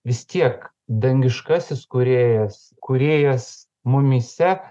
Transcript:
vis tiek dangiškasis kūrėjas kūrėjas mumyse